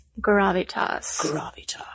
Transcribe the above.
gravitas